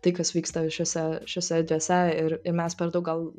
tai kas vyksta šiose šiose erdvėse ir ir mes per daug gal